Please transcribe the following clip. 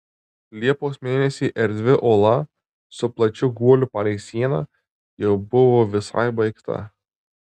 liepos mėnesį erdvi ola su plačiu guoliu palei sieną jau buvo visai baigta